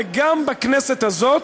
גם בכנסת הזאת,